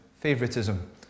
favoritism